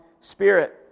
Spirit